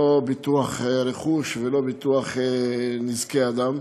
לא ביטוח רכוש ולא ביטוח נזקי אדם.